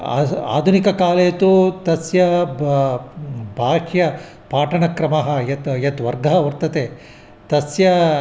आधु आधुनुककालेतु तस्य ब बाह्य पाठनक्रमाः यत् यत् वर्गः वर्तते तस्य